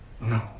no